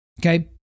Okay